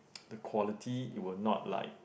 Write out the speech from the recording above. the quality will not like